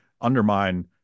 undermine